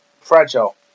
fragile